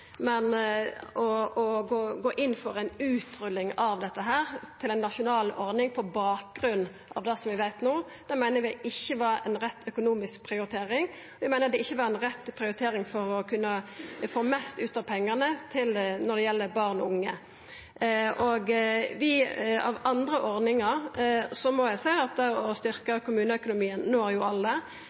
å gå inn for ei utrulling av dette til ei nasjonal ordning på bakgrunn av det vi no veit, meiner vi ikkje var ei rett økonomisk prioritering. Vi meiner det ikkje var ei rett prioritering for å kunna få mest mogleg ut av pengane når det gjeld barn og unge. Av andre ordningar må eg seia at det å styrkja kommuneøkonomien, når alle.